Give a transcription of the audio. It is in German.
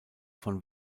von